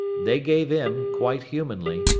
they gave in, quite humanly,